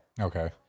Okay